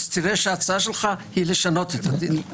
תראה שההצעה שלך היא לשנות את הדין.